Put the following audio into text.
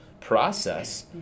process